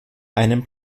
einen